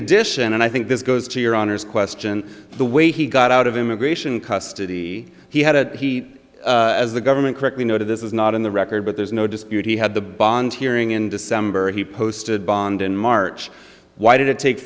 addition and i think this goes to your honor's question the way he got out of immigration custody he had a he as the government correctly noted this is not in the record but there's no dispute he had the bond hearing in december he posted bond in march why did it take